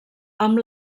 amb